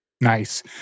Nice